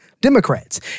Democrats